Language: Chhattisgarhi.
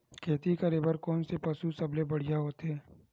खेती करे बर कोन से पशु सबले बढ़िया होथे?